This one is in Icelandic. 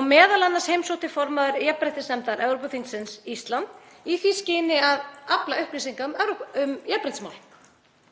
og m.a. heimsótti formaður jafnréttisnefndar Evrópuþingsins Ísland í því skyni að afla upplýsinga um jafnréttismál.